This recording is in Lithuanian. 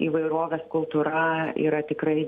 įvairovės kultūra yra tikrai